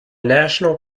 national